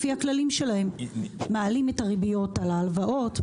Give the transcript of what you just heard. לפי הכללים שלהם מעלים את הריביות על ההלוואות,